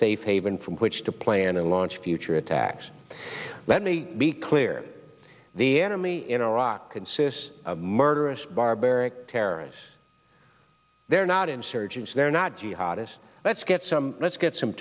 safe haven from which to plan and launch future attacks let me be clear the enemy in iraq consists of murderous barbaric terrorists they're not insurgents they're not jihad is let's get some let's get some